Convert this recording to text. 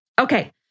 Okay